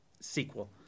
sequel